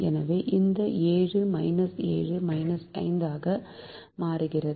எனவே இந்த 7 7 5 ஆக மாறுகிறது